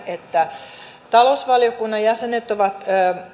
että talousvaliokunnan jäsenet ovat